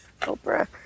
oprah